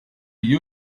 you